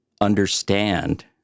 understand